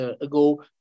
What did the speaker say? ago